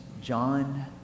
John